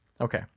Okay